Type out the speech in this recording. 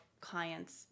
clients